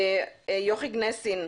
יוכי גנסין,